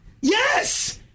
Yes